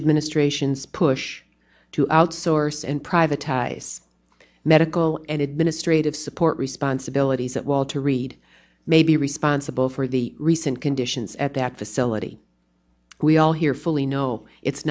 administration's push to outsource and privatized medical and administrative support responsibilities at walter reed may be responsible for the recent conditions at that facility we all here fully know it's